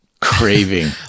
craving